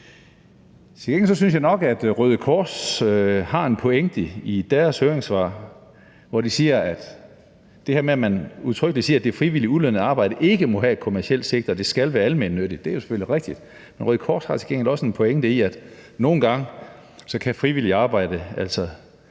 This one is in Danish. Til gengæld synes jeg nok, at Røde Kors har en pointe i sit høringssvar, hvor de udtrykkeligt siger det her med, at frivilligt ulønnet arbejde ikke må have et kommercielt sigte, og at det skal være almennyttigt. Det er jo selvfølgelig rigtigt. Røde Kors har til gengæld også en pointe i, at frivilligt arbejde